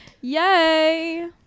Yay